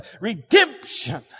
redemption